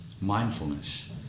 mindfulness